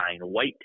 white